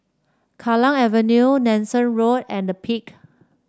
Kallang Avenue Nanson Road and The Peak